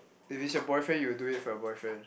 if it's your boyfriend you will do it for your boyfriend